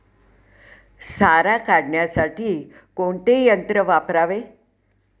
सारा काढण्यासाठी कोणते यंत्र वापरावे?